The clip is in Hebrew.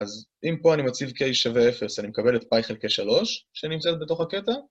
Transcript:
אז אם פה אני מציב k שווה 0 אז אני מקבל את pi חלקי 3 שנמצאת בתוך הקטע